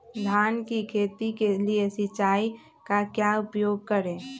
धान की खेती के लिए सिंचाई का क्या उपयोग करें?